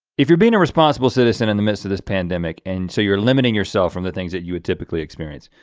if you're being a responsible citizen in the midst of this pandemic and so you're limiting yourself from the things that you would typically experience,